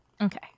Okay